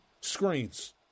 Screens